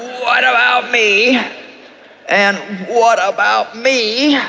what about me and what about me?